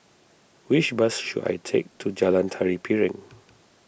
which bus should I take to Jalan Tari Piring